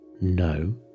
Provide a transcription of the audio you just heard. No